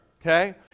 Okay